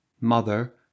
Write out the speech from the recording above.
mother